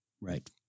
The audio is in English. right